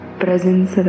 presence